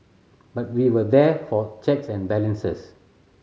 but we were there for checks and balances